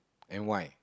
then why